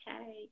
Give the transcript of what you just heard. okay